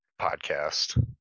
podcast